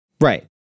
Right